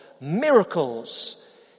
miracles